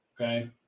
okay